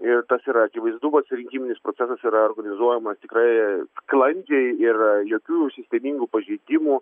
ir tas yra akivaizdu vat rinkiminis procesas yra organizuojamas tikrai sklandžiai ir jokių sistemingų pažeidimų